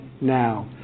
now